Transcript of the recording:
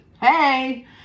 hey